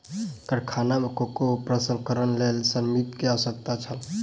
कारखाना में कोको प्रसंस्करणक लेल श्रमिक के आवश्यकता छल